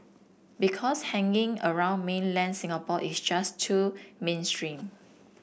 because hanging around mainland Singapore is just too mainstream